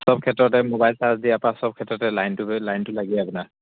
চব ক্ষেত্ৰতে mobile charge দিয়াৰ পৰা চব ক্ষেত্ৰতে লাইনটো লাইনটো লাগে আপোনাৰ